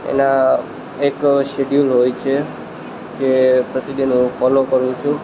એના એક શિડયુલ હોય છે જે પ્રતિદિન હું ફોલો કરું છું